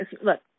Look